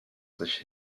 sich